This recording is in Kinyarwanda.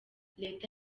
leta